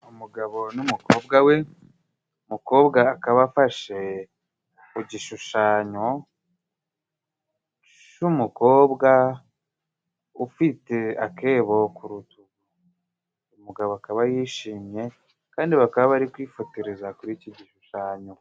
Umugabo n'umukobwa we, umukobwa akaba afashe ku gishushanyo c'umukobwa ufite akebo ku rutugu. Umugabo akaba yishimye kandi bakaba bari kwifotoreza kuri iki gishushanyo.